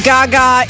Gaga